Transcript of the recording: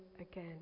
again